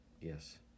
yes